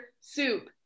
soup